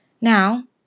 Now